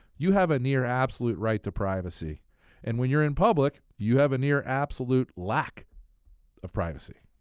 you have a near absolute right to privacy and when you're in public, you have a near absolute lack of privacy.